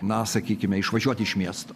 na sakykime išvažiuoti iš miesto